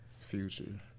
Future